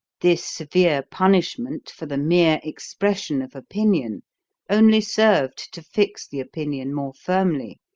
this severe punishment for the mere expression of opinion only served to fix the opinion more firmly,